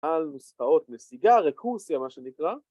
‫על נוספאות נסיגה, ‫ריקורסיה, מה שנקרא.